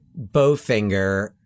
Bowfinger